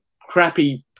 Crappy